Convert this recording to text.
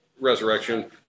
resurrection